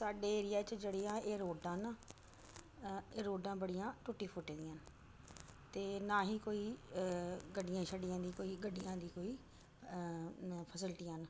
साड्डे एरिया च जेह्ड़ियां एह् रोडां न एह् रोडां बड़ियां टुटी फुट्टियां दियां न ते ना ही कोई गड्डियां छड्डियां दियां कोई गड्डियां दी कोई फैसलिटयां न